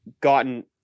gotten